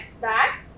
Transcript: back